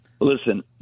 Listen